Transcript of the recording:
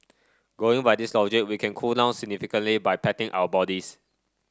going by this logic we can cool down significantly by patting our bodies